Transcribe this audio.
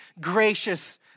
gracious